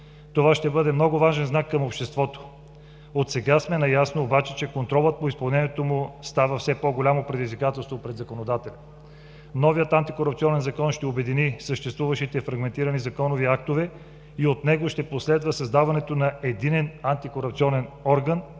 Това ще бъде много важен знак към обществото. Отсега сме наясно обаче, че контролът по изпълнението му става все по-голямо предизвикателство пред законодателя. Новият антикорупционен закон ще обедини съществуващите фрагментирани законови актове и от него ще последва създаването на единен антикорупционен орган